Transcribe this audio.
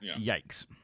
Yikes